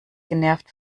genervt